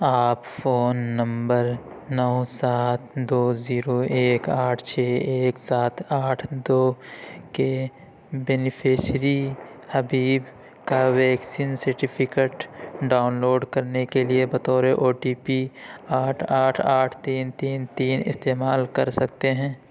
آپ phone number نو سات دو زیرو ایک آٹھ چھ ایک سات آٹھ دو کے بینیفشیری حبیب کا ویکسین سرٹیفکیٹ ڈاؤن لوڈ کرنے کے لیے بطور او ٹی پی آٹھ آٹھ آٹھ تین تین تین استعمال کر سکتے ہیں